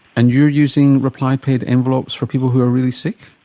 and you're using reply paid envelopes for people who are really sick?